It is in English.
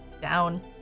down